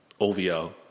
OVL